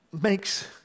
makes